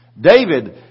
David